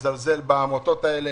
זלזול בעמותות האלה,